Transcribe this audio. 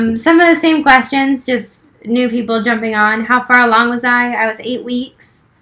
um some of the same questions, just new people jumping on. how far along was i? i was eight weeks.